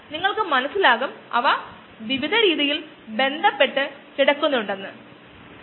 അതെ സ്ഥാനത്ത് ചിലപ്പോൾ ഒരു പാക്കഡ് ബെഡ് ബയോറിയാക്ടർ അല്ലെങ്കിൽ ഒരു ഫ്ലൂയിഡൈസ്ഡ് ബെഡ് ബയോറിയാക്ടർ ആയിരിക്കും അത് പ്രവർത്തിക്കാൻ എളുപ്പമാകില്ല